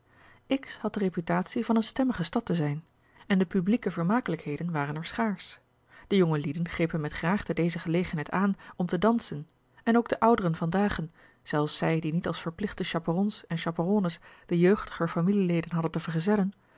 had de reputatie van eene stemmige stad te zijn en de publieke vermakelijkheden waren er schaarsch de jongelieden grepen met graagte deze gelegenheid aan om te dansen en ook de ouderen van dagen zelfs zij die niet als verplichte chaperons en chaperonnes a l g bosboom-toussaint langs een omweg de jeugdiger familieleden hadden te vergezellen